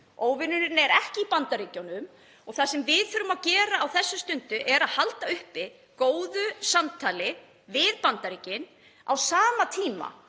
Óvinurinn er ekki í Bandaríkjunum. Það sem við þurfum að gera á þessari stundu er að halda uppi góðu samtali við Bandaríkin á sama tíma